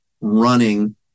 running